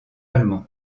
allemand